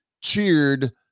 cheered